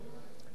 והאחוז